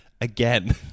again